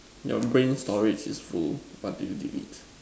your brain storage is full what do you delete